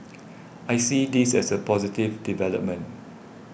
I see this as a positive development